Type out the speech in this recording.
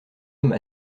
homme